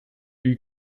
eut